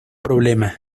problema